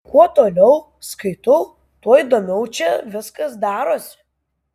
kuo toliau skaitau tuo įdomiau čia viskas darosi